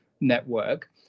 network